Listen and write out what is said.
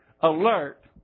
alert